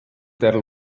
der